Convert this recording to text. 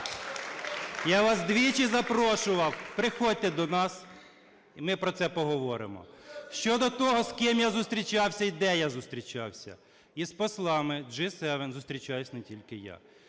Я вас двічі запрошував, приходьте до нас, і ми про це поговоримо. Щодо того, с ким я зустрічався, і де я зустрічався. Із послами G7 зустрічаюсь не тільки я.